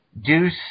Deuce